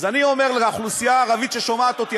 אז אני אומר לאוכלוסייה הערבית ששומעת אותי,